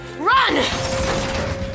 Run